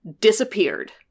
disappeared